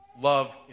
Love